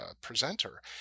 presenter